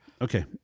Okay